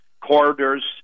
corridors